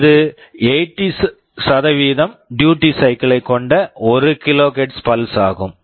இது 80 duty cycle duty cycle ஐக் கொண்ட 1 கிலோஹெர்ட்ஸ் KHz பல்ஸ் pulse ஆகும்